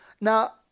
Now